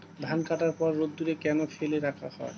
ধান কাটার পর রোদ্দুরে কেন ফেলে রাখা হয়?